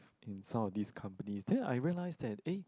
in some of these companies then I realise that eh